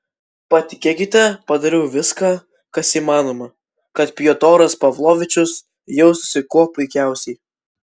patikėkite padariau viską kas įmanoma kad piotras pavlovičius jaustųsi kuo puikiausiai